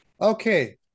Okay